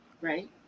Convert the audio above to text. right